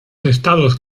estados